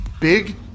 Big